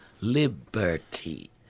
liberty